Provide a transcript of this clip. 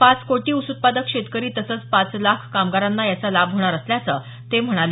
पाच कोटी ऊस उत्पादक शेतकरी तसंच पाच लाख कामगारांना याचा लाभ होणार असल्याचं ते म्हणाले